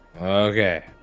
Okay